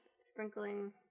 Sprinkling